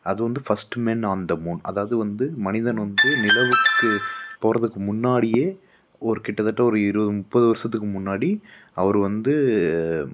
அது வந்து first men on the moon அதாவது வந்து மனிதன் வந்து நிலவுக்கு போகிறதுக்கு முன்னாடியே ஒரு கிட்டத்தட்ட ஒரு இருபது முப்பது வருடத்துக்கு முன்னாடி அவர் வந்து